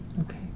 Okay